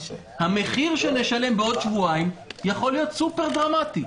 המחיר שנשלם בעוד שבועיים יכול להיות סופר-דרמטי.